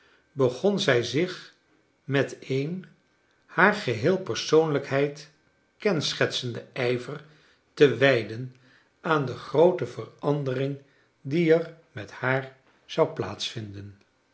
begon zij zich met een haar geheele persoonlijkheid kenschetsenden ijver te wijden aan de groote verandering die er met haar